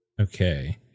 Okay